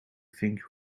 think